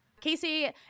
Casey